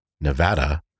nevada